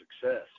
success